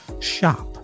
shop